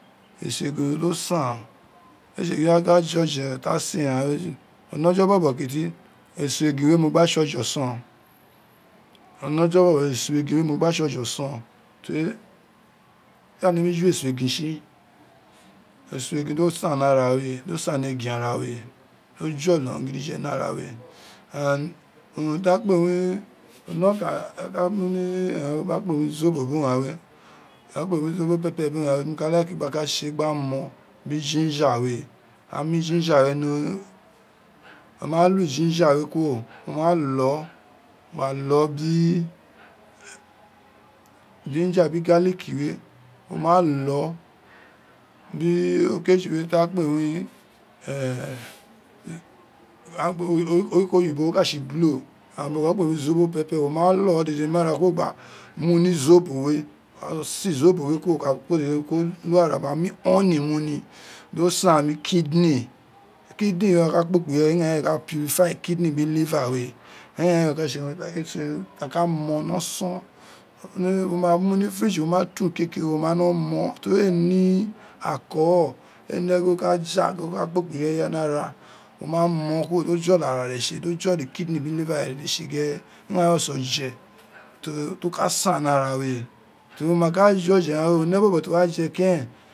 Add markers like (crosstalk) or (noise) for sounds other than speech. Eso egin dọ san one (unintelligible) ojo bobo kiti eso egiri we mo gba tse oje ọọọnp eso egin we mo gba tse oje oson ten mene wa nemi ju eso egin tsi, eso eyin do san ni ara wè do san ni egin ara we do jolo unu gidiga ni ara wè and unin di akpe wun, on ne. okan ta ka mu ni urun ta kpe wun zobo biri arun ghan we, ta kpe wurn zobo pepper biri urun ghan, mo ka like gba ka tse gar man boh frogin we awa ni jinja we ni (hesitation) a ma lo joija we kuro, wo ma loi gba lọ biri jinja biri galic we. wo ma lo. biri okeji ta kpe urun (unintelligible) ta kpe wun orukọ oyibo ka tse glove and ta ka kpe wu zobo pepper wo ma kọ aghai dede ma ra gbo gba mu ni zobo wè wo ka jolo se zobo wè wo ka ko urun de kuro gba mu honey nu ni, dọ san gbe kidney, kidney we to ka kpokpo ireye ighan ighan ka purify kidney biri liver we, eren eren ka tse temi ka mon ni oson wi ma mu ni fridge o ma tai akere wo ma wino mon ten eé ne alchoho eé ne gi o ka ja gbe kpokpo ir eye ni ara, wo ma mon kuro, do jolọ ara ré tsi do jolọ kidney biri liver tsi gere. ighan re tse oje fo ka san ni ara we. ten wo ma ka ji oje ghan we, ine bọbọ ti wo wa fe keren.